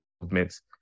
movements